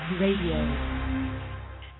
Radio